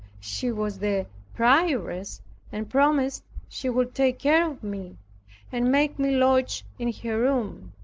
she was the prioress and promised she would take care of me and make me lodge in her room.